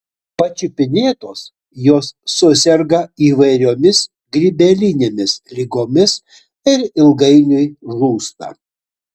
pačiupinėtos jos suserga įvairiomis grybelinėmis ligomis ir ilgainiui žūsta